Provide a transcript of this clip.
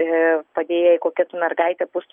padėjėjai kokia tu mergaitė pūstu sijonuku